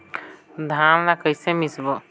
धान ला कइसे मिसबो?